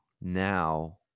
now